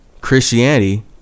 Christianity